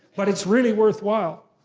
but it's really worthwhile.